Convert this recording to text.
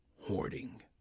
Hoarding